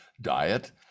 diet